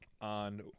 on